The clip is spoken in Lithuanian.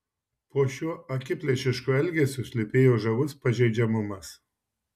po šiuo akiplėšišku elgesiu slypėjo žavus pažeidžiamumas